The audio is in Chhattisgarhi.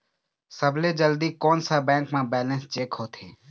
सबसे जल्दी कोन सा बैंक म बैलेंस चेक होथे?